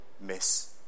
miss